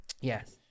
Yes